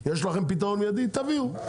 יש לכם פתרון מידי אז תביאו,